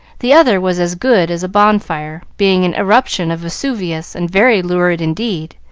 the other was as good as a bonfire, being an eruption of vesuvius, and very lurid indeed,